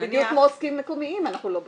בדיוק כמו עוסקים מקומיים אנחנו לא בודקים.